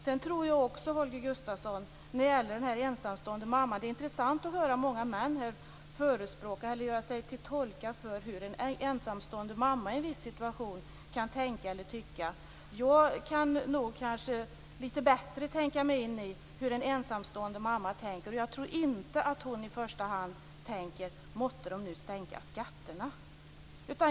Det är intressant, Holger Gustafsson, att höra så många män göra sig till tolkar för hur en ensamstående mamma kan tänka eller tycka i en viss situation. Jag kan kanske lite bättre tänka mig in i hur en ensamstående mamma tänker, och jag tror inte att hon i första hand tänker: Måtte de nu sänka skatterna!